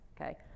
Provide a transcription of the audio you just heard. okay